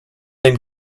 den